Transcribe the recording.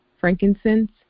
frankincense